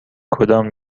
کدام